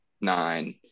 nine